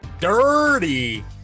dirty